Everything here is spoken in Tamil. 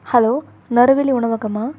ஹலோ நறுவிலி உணவகமா